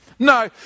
no